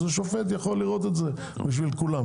אז השופט יכול לראות את זה בשביל כולם.